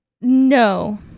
No